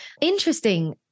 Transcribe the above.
Interesting